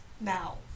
now